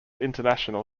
international